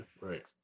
Right